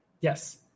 Yes